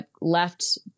left